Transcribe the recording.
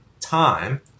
time